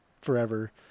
forever